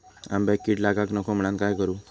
आंब्यक कीड लागाक नको म्हनान काय करू?